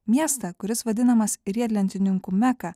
miestą kuris vadinamas riedlentininkų meka